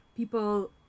People